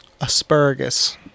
Asparagus